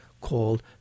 called